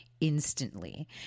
instantly